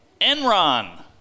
Enron